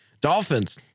Dolphins